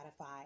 Spotify